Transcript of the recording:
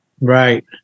right